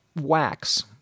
wax